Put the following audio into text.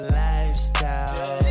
lifestyle